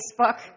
Facebook